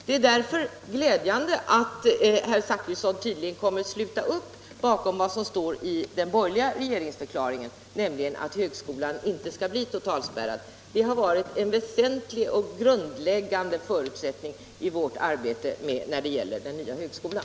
Det är därför gläd Jande att höra att herr Zachrisson tydligen kommer att sluta upp bakom vad som står i den borgerliga regeringsförklaringen, nämligen att högskolan inte skall bli totalspärrad. Det har varit en väsentlig och grundläggande förutsättning i vårt arbete när det gäller den nya högskolan.